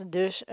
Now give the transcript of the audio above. dus